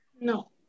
No